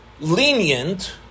lenient